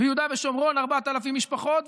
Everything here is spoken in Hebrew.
ביהודה ושומרון 4,000 משפחות,